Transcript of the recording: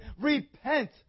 Repent